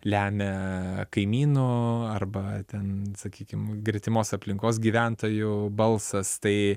lemia kaimynų arba ten sakykim gretimos aplinkos gyventojų balsas tai